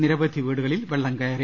നിരവധി വീടുകളിൽ വെള്ളം കയറി